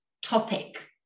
topic